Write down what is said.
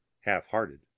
half-hearted